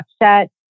upset